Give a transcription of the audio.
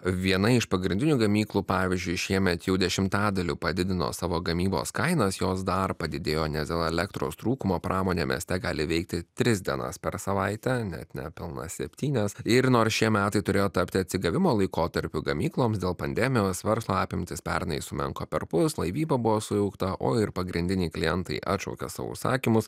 viena iš pagrindinių gamyklų pavyzdžiui šiemet jau dešimtadaliu padidino savo gamybos kainas jos dar padidėjo nes dėl elektros trūkumo pramonė mieste gali veikti tris dienas per savaitę net nepilnas septynias ir nors šie metai turėjo tapti atsigavimo laikotarpiu gamykloms dėl pandemijos verslo apimtys pernai sumenko perpus laivyba buvo sujaukta o ir pagrindiniai klientai atšaukė savo užsakymus